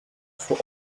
for